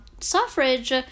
suffrage